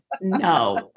no